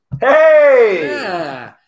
Hey